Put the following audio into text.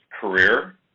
career